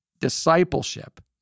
discipleship